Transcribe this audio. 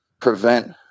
prevent